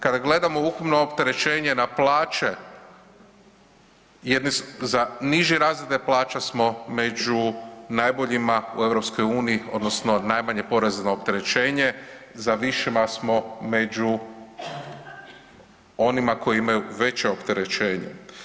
Kada gledamo ukupno opterećenje na plaće za niže razrede plaća smo među najboljima u EU odnosno najmanje porezno opterećenje, za višima smo među onima koji imaju veće opterećenje.